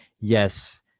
yes